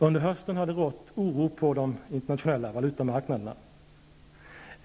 Under hösten har det rått oro på de internationella valutamarknaderna.